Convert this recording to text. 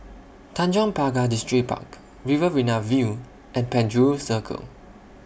Tanjong Pagar Distripark Riverina View and Penjuru Circle